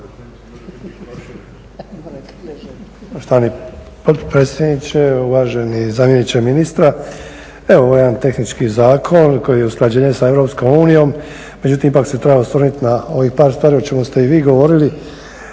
potpredsjedniče, uvaženi zamjeniče ministra. Evo ovo je jedan tehnički zakon koji je usklađenje s Europskom unijom, međutim ipak se treba osvrnut na ovih par stvari o čemu ste i vi govorili,